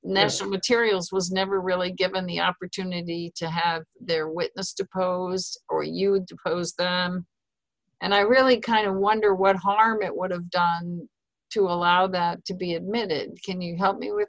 mr materials was never really given the opportunity to have their witness deposed or you would depose and i really kind of wonder what harm it would have done to allow that to be admitted can you help me with